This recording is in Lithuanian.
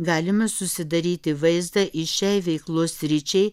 galime susidaryti vaizdą į šiai veiklos sričiai